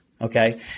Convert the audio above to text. okay